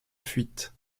fuite